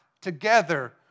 together